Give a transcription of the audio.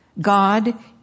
God